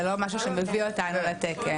זה לא משהו שמביא אותנו לתקן.